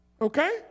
okay